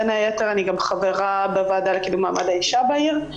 בין היתר אני גם חברה בוועדה לקידום מעמד האישה בעיר.